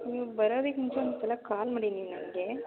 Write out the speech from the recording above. ನೀವು ಬರೋದಕ್ಕೆ ಮುಂಚೆ ಒಂದು ಸಲ ಕಾಲ್ ಮಾಡಿ ನೀವು ನನಗೆ